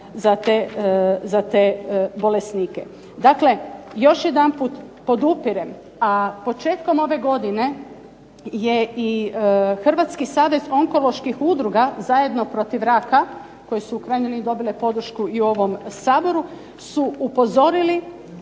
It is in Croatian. za te bolesnike. Dakle, još jedanput, podupirem, a početkom ove godine je i Hrvatski savez onkoloških udruga zajedno protiv raka koje su u krajnjoj liniji dobile podršku i u ovom Saboru su upozorili,